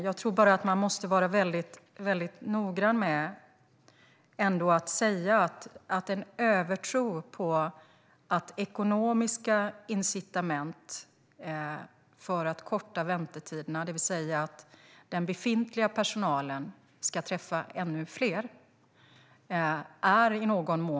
Jag tror ändå att man måste vara väldigt noggrann med att säga att det i någon mån dessvärre är en övertro att tro på ekonomiska incitament för att korta väntetiderna, det vill säga att den befintliga personalen ska träffa ännu fler.